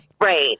Right